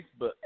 Facebook